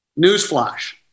Newsflash